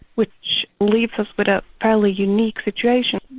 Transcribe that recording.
which which leaves us with a fairly unique situation.